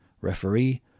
Referee